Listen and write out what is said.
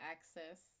Access